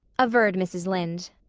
averred mrs. lynde.